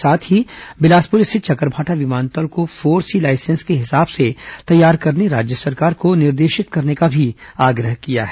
साथ ही बिलासपुर स्थित चकरभाठा विमानतल को फोर सी लाइसेंस के हिसाब से तैयार करने राज्य सरकार को निर्देशित करने का भी आग्रह किया है